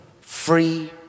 free